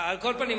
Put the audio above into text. על כל פנים,